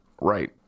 Right